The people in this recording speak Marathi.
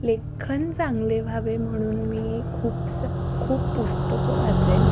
लेखन चांगले व्हावे म्हणून मी खूपसा खूप पुस्तकं वाचेन